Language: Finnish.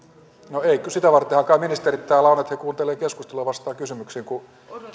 no ei sitähän vartenhan kai ministerit täällä ovat että he kuuntelevat keskustelua ja vastaavat kysymyksiin kun